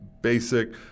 basic